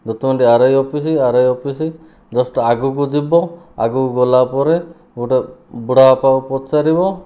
Ditimandi RI office RI office just ଆଗକୁ ଯିବ ଆଗକୁ ଗଲା ପରେ ଗୋଟିଏ ବଡ଼ବାପାଙ୍କୁ ପଚାରିବ